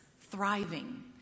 thriving